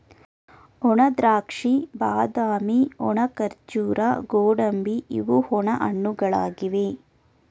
ಒಣದ್ರಾಕ್ಷಿ, ಬಾದಾಮಿ, ಒಣ ಖರ್ಜೂರ, ಗೋಡಂಬಿ ಇವು ಒಣ ಹಣ್ಣುಗಳಾಗಿವೆ